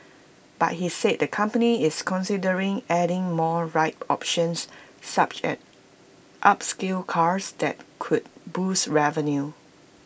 but he said the company is considering adding more ride options such as upscale cars that could boost revenue